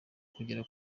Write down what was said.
kugera